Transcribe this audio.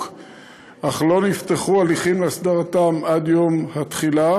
אך לא נפתחו הליכים להסדרתם עד יום התחילה,